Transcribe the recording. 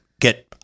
get